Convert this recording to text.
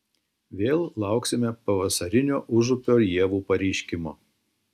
vėl lauksime pavasarinio užupio ievų pareiškimo